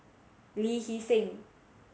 Lee Hee Seng